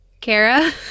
Kara